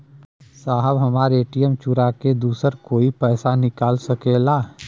साहब हमार ए.टी.एम चूरा के दूसर कोई पैसा निकाल सकेला?